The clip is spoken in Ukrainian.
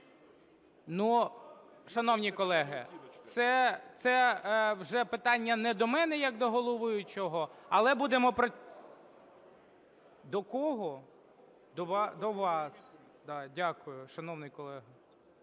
Ну, шановні колеги, це вже питання не до мене як до головуючого, але будемо… До кого? До вас. Дякую, шановний колего.